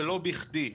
ולא בכדי.